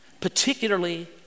particularly